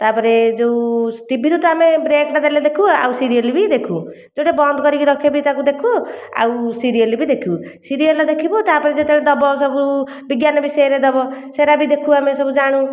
ତା'ପରେ ଯେଉଁ ଟିଭିରୁ ତ ଆମେ ବ୍ରେକ୍ ଟା ଦେଲେ ଦେଖୁ ଆଉ ସିରିଏଲ୍ ବି ଦେଖୁ ଯେଉଁଟା ବନ୍ଦ କରିକି ରଖେ ବି ତାକୁ ଦେଖୁ ଆଉ ସିରିଏଲ୍ ବି ଦେଖୁ ସିରିଏଲ୍ ଦେଖିବୁ ତା'ପରେ ଯେତେବେଳେ ଦେବ ସବୁ ବିଜ୍ଞାନ ବିଷୟରେ ଦେବ ସେରା ବି ଦେଖୁ ଆମେ ସବୁ ଜାଣୁ